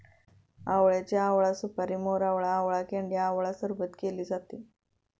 आवळ्याचे आवळा सुपारी, मोरावळा, आवळा कँडी आवळा सरबत केले जाते